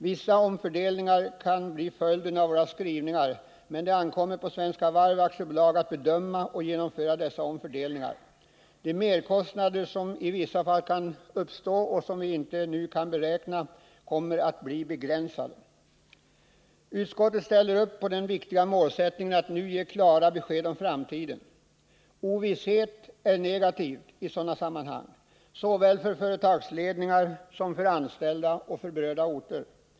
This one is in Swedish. Vissa omfördelningar kan bli följden av våra skrivningar, men det ankommer på Svenska Varv att Nr 164 bedöma och genomföra dessa omfördelningar. De merkostnader som i vissa Torsdagen den fall kan uppstå och som vi inte nu kan beräkna kommer att bli 5 juni 1980 begränsade. Utskottet ställer upp på den viktiga målsättningen att nu ge klara besked om framtiden. Ovisshet är negativt i sådana sammanhang såväl för företagsledningar som för anställda och berörda orter.